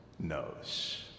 knows